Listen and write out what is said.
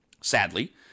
Sadly